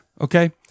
okay